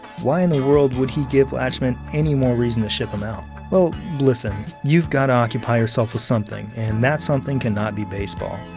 why in the world would he give lachemann any more reason to ship him out? well, listen, you've gotta occupy yourself with something, and that something cannot be baseball,